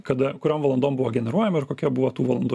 kada kuriom valandom buvo generuojami ir kokia buvo tų valandų